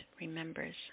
remembers